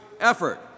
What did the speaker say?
effort